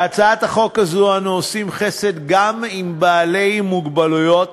בהצעת החוק הזאת אנחנו עושים חסד גם עם בעלי מוגבלויות